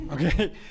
Okay